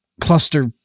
cluster